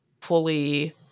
fully